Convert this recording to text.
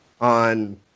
on